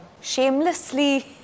shamelessly